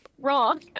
Wrong